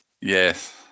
Yes